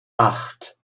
acht